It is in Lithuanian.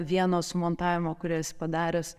vieno sumontavimo kurį esi padaręs